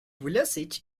vlasiç